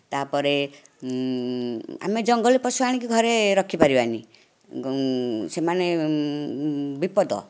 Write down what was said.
ତା'ପରେ ଆମେ ଜଙ୍ଗଲୀ ପଶୁ ଆଣିକି ଘରେ ରଖିପାରିବାନି ସେମାନେ ବିପଦ